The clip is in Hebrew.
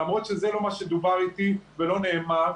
למרות שזה לא מה שדובר איתי ולא נאמר.